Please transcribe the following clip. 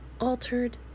altered